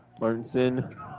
Martinson